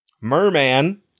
Merman